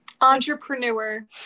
Entrepreneur